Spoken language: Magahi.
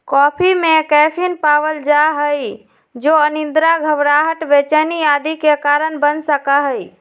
कॉफी में कैफीन पावल जा हई जो अनिद्रा, घबराहट, बेचैनी आदि के कारण बन सका हई